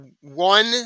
one